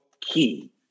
key